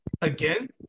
again